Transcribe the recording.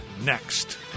next